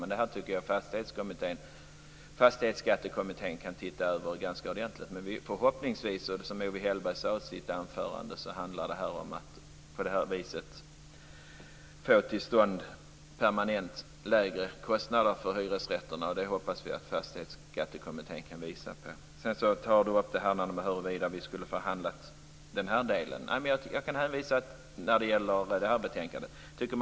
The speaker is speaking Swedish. Men det här tycker jag att Fastighetsskattekommittén kan titta över ordentligt. Som Owe Hellberg sade i sitt anförande handlar det förhoppningsvis om att på det här viset få till stånd permanent lägre kostnader för hyresrätterna. Det hoppas vi att Fastighetsskattekommittén kan visa på. Rigmor Ahlstedt tar också upp frågan om vi när det gäller det här betänkandet skulle ha förhandlat om detta.